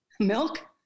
Milk